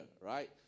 right